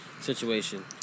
situation